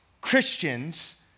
Christians